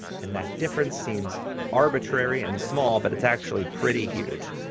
and that difference seems arbitrary and small, but it's actually pretty huge.